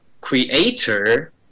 creator